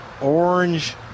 orange